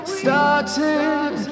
started